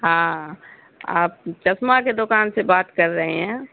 ہاں آپ چشمہ کے دکان سے بات کر رہے ہیں